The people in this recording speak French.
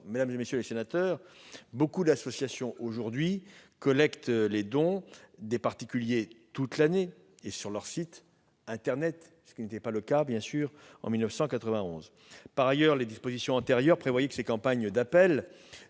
mesdames, messieurs les sénateurs, nombre d'associations aujourd'hui collectent les dons des particuliers toute l'année et sur leur site internet, ce qui n'était pas le cas, bien sûr, en 1991. Par ailleurs, les dispositions antérieures prévoyaient que ces campagnes d'appel